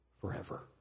forever